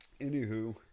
anywho